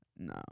no